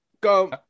go